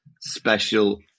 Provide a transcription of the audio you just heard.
special